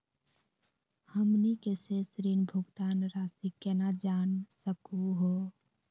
हमनी के शेष ऋण भुगतान रासी केना जान सकू हो?